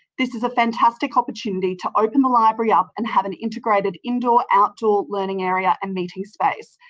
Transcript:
this is a fantastic opportunity to open the library up and have an integrated indoor-outdoor learning area and meeting space.